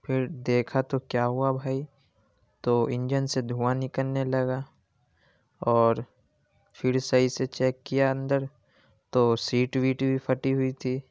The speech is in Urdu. پھر دیکھا تو کیا ہوا بھائی تو انجن سے دھواں نکلنے لگا اور پھر صحیح سے چیک کیا اندر تو سیٹ ویٹ بھی پھٹی ہوئی تھی